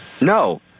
No